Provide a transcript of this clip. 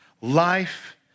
life